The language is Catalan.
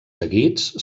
seguits